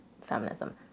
Feminism